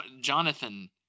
Jonathan